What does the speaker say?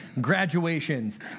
graduations